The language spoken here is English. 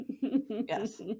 Yes